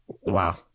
Wow